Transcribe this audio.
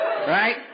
Right